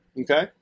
okay